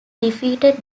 defeated